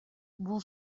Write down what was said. бул